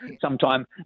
sometime